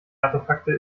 artefakte